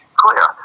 clear